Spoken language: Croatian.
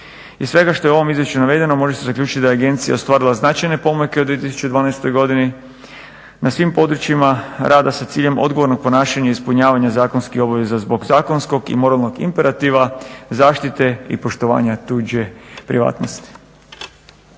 Iz svega što je u ovom izvješću navedeno može se zaključiti da je agencija ostvarila značajne pomake u 2012.godini na svim područjima rada sa ciljem odgovornog ponašanja ispunjavanja zakonskih obveza zbog zakonskog i moralnog imperativa, zaštite i poštovanja tuđe privatnosti.